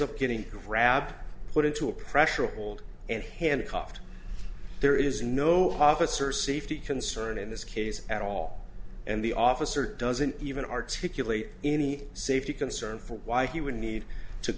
up getting grabbed put into a pressure hold and handcuffed there is no officer safety concern in this case at all and the officer doesn't even articulate any safety concern for why he would need to